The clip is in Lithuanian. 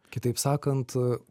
kitaip sakant